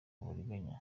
uburiganya